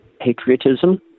patriotism